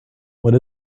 what